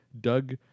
Doug